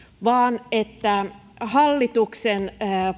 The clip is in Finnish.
vaan että hallituksen